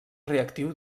reactiu